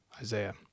Isaiah